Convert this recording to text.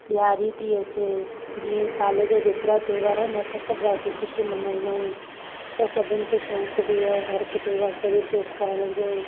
ॾिआरी थी अचे जीअं ई साल जा जेतिरा त्योहार आहिनि असां सभु राजी ख़ुशी मल्हाईंदा आहियूं असां सभिनि खे शौंक़ु बि आहे हर हिक त्योहार सैलिब्रेट करण जो